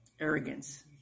Arrogance